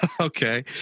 Okay